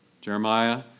Jeremiah